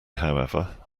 however